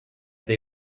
they